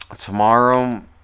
tomorrow